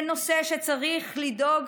זה נושא שצריך להדאיג